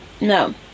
No